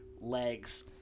legs